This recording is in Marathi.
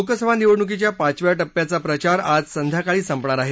लोकसभा निवडणुकीच्या पाचव्या टप्प्याचा प्रचार आज संध्याकाळी संपणार आहे